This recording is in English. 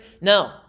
No